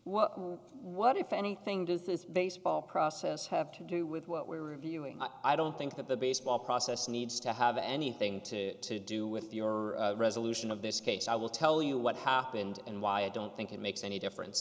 what what if anything does this baseball process have to do with what we're reviewing i don't think that the baseball process needs to have anything to do with the or resolution of this case i will tell you what happened and why i don't think it makes any difference